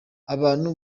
abantu